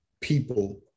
people